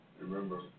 Remember